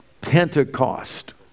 Pentecost